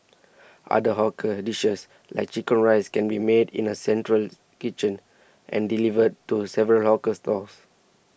other hawker dishes like Chicken Rice can be made in a central kitchen and delivered to several hawker stalls